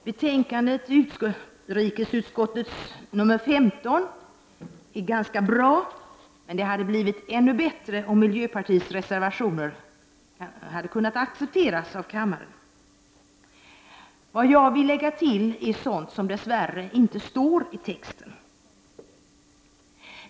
Herr talman! Utrikesutskottets betänkande nr 15 är ganska bra, men det hade blivit ännu bättre om miljöpartiets reservationer hade kunnat accepteras av kammaren. Jag vill lägga till sådant som dess värre inte står i texten.